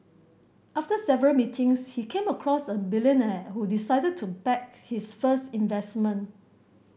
after several meetings he came across a billionaire who decided to back his first investment